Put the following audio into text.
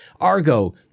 Argo